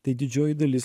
tai didžioji dalis